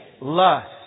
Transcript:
Lust